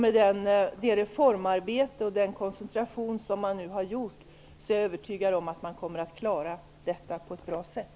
Med det reformarbete och med den koncentration som man nu har genomfört är jag övertygad om att man kommer att klara detta på ett bra sätt.